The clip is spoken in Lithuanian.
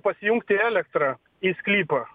pasijungti elektrą į sklypą